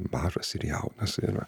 mažas ir jaunas ir